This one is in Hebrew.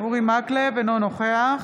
אינו נוכח